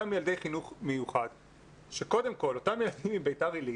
אותם ילדי חינוך מיוחד מביתר עילית.